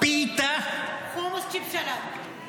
פיתה -- חומוס-צ'יפס-סלט.